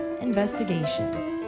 Investigations